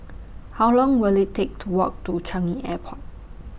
How Long Will IT Take to Walk to Changi Airport